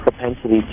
propensity